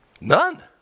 None